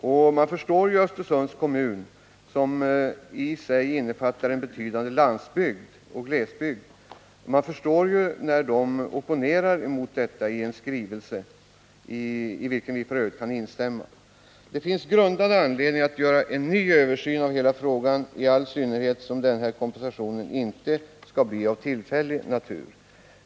Det är förståeligt att Östersunds kommun, som i sig innefattar en betydande landsbygd och glesbygd, opponerar sig mot detta i form av en skrivelse, i vilken vi f. ö. kan instämma. Det finns grundad anledning att göra en ny översyn av hela frågan, i all synnerhet som kompensationen inte skall vara av tillfällig natur.